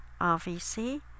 RVC